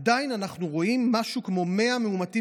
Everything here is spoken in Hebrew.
עדיין אנחנו רואים משהו כמו 100 מאומתים